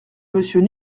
monsieur